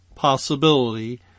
possibility